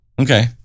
Okay